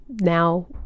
now